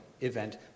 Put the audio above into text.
event